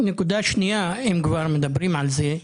נקודה שנייה, אם כבר מדברים על זה,